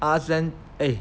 ask them eh